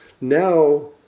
Now